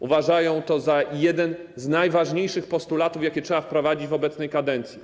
Uważają to za jeden z najważniejszych postulatów, jakie trzeba spełnić w obecnej kadencji.